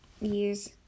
use